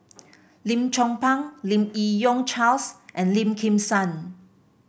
Lim Chong Pang Lim Yi Yong Charles and Lim Kim San